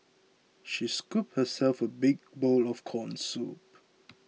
she scooped herself a big bowl of Corn Soup